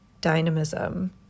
dynamism